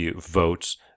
votes